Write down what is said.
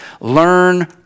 Learn